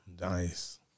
Nice